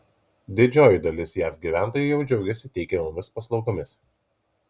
didžioji dalis jav gyventojų jau džiaugiasi teikiamomis paslaugomis